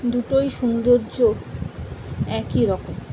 দুটোই সৌন্দর্য একই রকম